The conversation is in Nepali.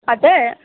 हजुर